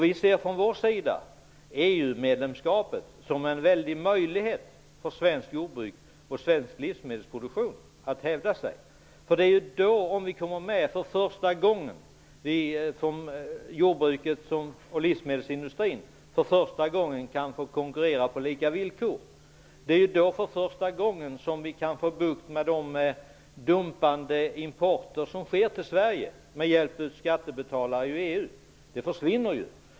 Vi ser EU-medlemskapet som en möjlighet för svenskt jordbruk och svensk livsmedelsproduktion att hävda sig. Om Sverige kommer med i EU kan jordbruket och livsmedelsindustrin för första gången konkurrera på lika villkor. Då kan vi för första gången få bukt med de dumpade importer som sker till Sverige, med hjälp av skattebetalare i EU. Problemet försvinner.